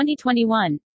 2021